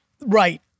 right